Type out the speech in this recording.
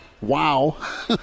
wow